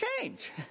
change